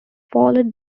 followed